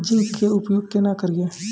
Zinc के उपयोग केना करये?